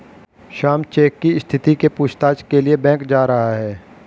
Shyam cheque की स्थिति के पूछताछ के लिए बैंक जा रहा है